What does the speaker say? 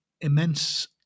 immense